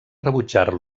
rebutjar